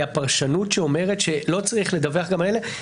הפרשנות שאומרת שלא צריך לדווח גם על אלה,